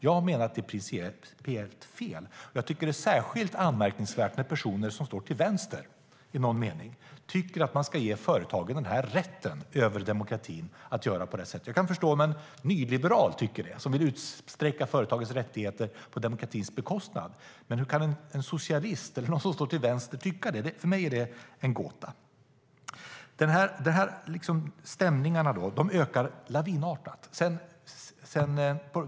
Jag menar att det är principiellt fel, och jag tycker att det är särskilt anmärkningsvärt när personer som i någon mening står till vänster tycker att man ska ge företagen den här rätten över demokratin och rätten att göra på det här sättet. Jag kan förstå om en nyliberal tycker det och vill utsträcka företagens rättigheter på demokratins bekostnad, men hur kan en socialist eller någon som står till vänster tycka det? Det är för mig en gåta. Stämningarna ökar lavinartat.